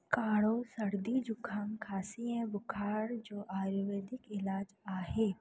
काढ़ो सर्दी ज़ुकामु खांसी ऐं बुख़ारु जो आयुर्वेदिक इलाजु आहे